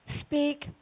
Speak